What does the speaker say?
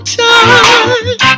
time